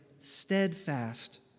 steadfast